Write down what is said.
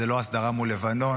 זו לא הסדרה מול לבנון,